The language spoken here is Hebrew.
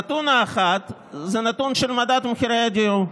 הנתון האחד הוא נתון של מדד מחירי הדיור.